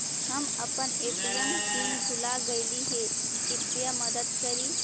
हम अपन ATM PIN भूल गईली हे, कृपया मदद करी